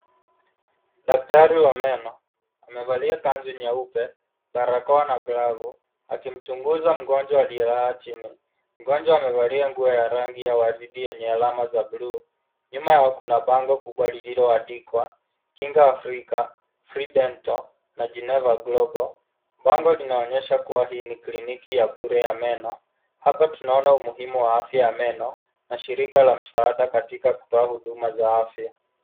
Daktari wa meno amevalia kanzu nyeupe barakoa na glavu akimchunguza mgonjwa aliyelala chini . Mgonjwa amevalia nguo ya waribi yenye alama za blu . Nyuma yao kuna bango kubwa lililoandikwa Kinga Africa free dental na geneva global . Bango linaonyesha kuwa hii ni kliniki ya bure ya meno .Hapa tunaona umuhimu wa afya ya meno na shirika la msaada katika kutoa huduma za afya .